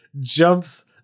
jumps